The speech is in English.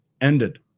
ended